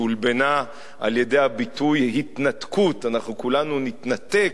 שהולבנה על-ידי הביטוי "התנתקות": אנחנו כולנו נתנתק,